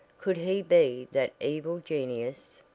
could he be that evil genius?